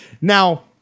now